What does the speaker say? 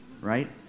right